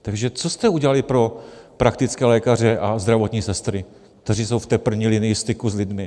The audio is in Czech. Takže co jste udělali pro praktické lékaře a zdravotní sestry, kteří jsou v té první linii styku s lidmi?